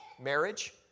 marriage